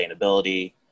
sustainability